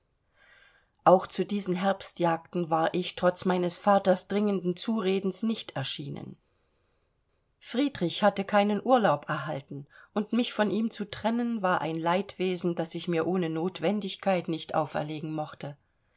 auch zu diesen herbstjagden war ich trotz meines vaters dringenden zuredens nicht erschienen friedrich hatte keinen urlaub erhalten und mich von ihm zu trennen war ein leidwesen das ich mir ohne notwendigkeit nicht auferlegen mochte